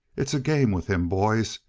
it's a game with him, boys.